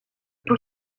tous